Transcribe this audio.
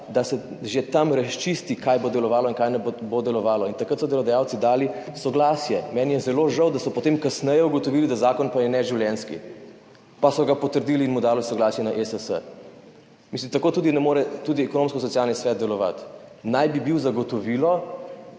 da se že tam razčisti, kaj bo delovalo in kaj ne bo delovalo. Takrat so delodajalci dali soglasje. Meni je zelo žal, da so potem kasneje ugotovili, da je zakon neživljenjski, pa so ga potrdili in mu dali soglasje na ESS. Mislim, da tako ne more delovati. Ekonomsko-socialni svet naj bi bil zagotovilo,